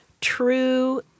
true